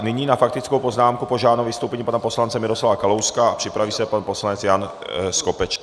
Nyní na faktickou poznámku požádám o vystoupení pana poslance Miroslava Kalousek a připraví se pan poslanec Jan Skopeček.